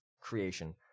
creation